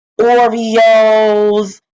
Oreos